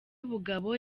bugabo